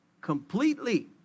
completely